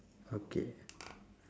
okay